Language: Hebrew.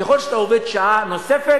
ככל שאתה עובד שעה נוספת,